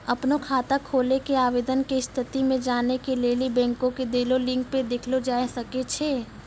अपनो खाता खोलै के आवेदन के स्थिति के जानै के लेली बैंको के देलो लिंक पे देखलो जाय सकै छै